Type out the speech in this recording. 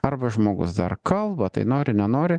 arba žmogus dar kalba tai nori nenori